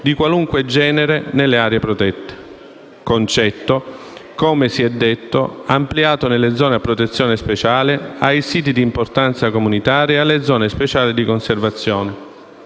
di qualunque genere nelle aree protette. Tale concetto - come si è detto - è stato ampliato nelle zone a protezione speciale, ai siti di importanza comunitaria e alle zone speciali di conservazione.